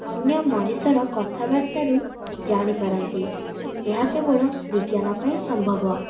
ଅନ୍ୟ ମଣିଷର କଥାବାର୍ତ୍ତାରୁ ଜାଣି ପାରନ୍ତି ଏହା କେବଳ ବିଜ୍ଞାନ ପାଇଁ ସମ୍ଭବ